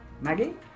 Maggie